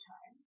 Time